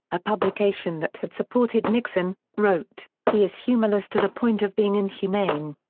a publication that had supported nixon, wrote, he is humorless to the point of being inhumane.